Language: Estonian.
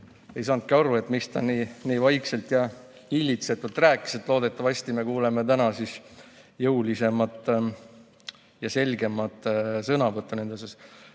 ei saanudki aru, miks ta nii vaikselt ja hillitsetult rääkis. Loodetavasti me kuuleme täna jõulisemat ja selgemat sõnavõttu.